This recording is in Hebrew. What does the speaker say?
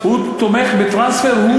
הוא תומך בטרנספר.